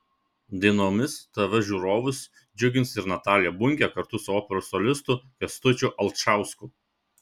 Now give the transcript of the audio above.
dainomis tv žiūrovus džiugins ir natalija bunkė kartu su operos solistu kęstučiu alčausku